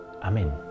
amen